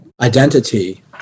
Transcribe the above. identity